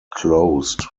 closed